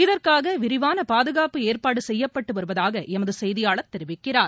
இதற்காக விரிவான பாதுகாப்பு ஏற்பாடுகள் செய்யப்பட்டு வருவதாக எமது செய்கியாளர் கெரிவிக்கிறார்